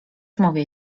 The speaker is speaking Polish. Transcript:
mówię